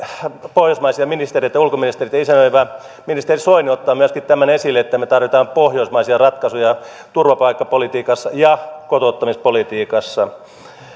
pohjoismaisia ulkoministereitä isännöivä ministeri soini ottaa myöskin tämän esille että me tarvitsemme pohjoismaisia ratkaisuja turvapaikkapolitiikassa ja kotouttamispolitiikassa